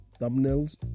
thumbnails